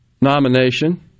nomination